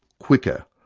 quicker,